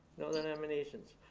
no other nominations?